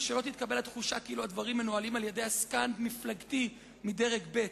שלא תתקבל התחושה כאילו הדברים מנוהלים על-ידי עסקן מפלגתי מדרג ב'.